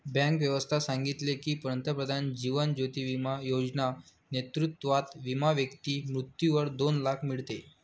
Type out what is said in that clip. bank व्यवस्था सांगितले की, पंतप्रधान जीवन ज्योती बिमा योजना नेतृत्वात विमा व्यक्ती मृत्यूवर दोन लाख मीडते